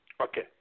Okay